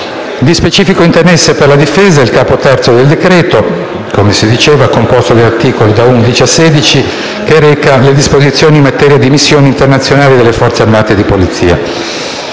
Di specifico interesse per la Difesa è il capo III del decreto-legge, composto dagli articoli da 11 a 16, che reca disposizioni in materia di missioni internazionali delle Forze armate e di polizia.